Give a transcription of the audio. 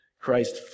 Christ